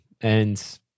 And-